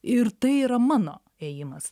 ir tai yra mano ėjimas